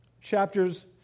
chapters